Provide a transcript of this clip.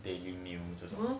they knew as well